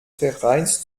vereins